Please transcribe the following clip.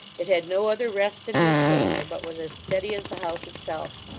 it had no other rest than his shoulder, but was as steady as the house itself.